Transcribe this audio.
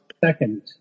Second